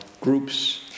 groups